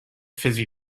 fizzy